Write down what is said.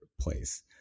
place